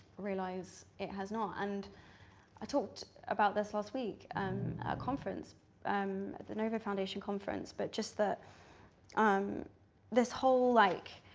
realized it has not and i talked about this last week um conference um at the novo foundation conference, but just that um this whole like